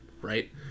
right